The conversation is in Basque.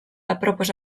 apropos